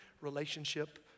relationship